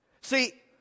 See